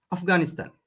Afghanistan